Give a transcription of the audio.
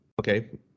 okay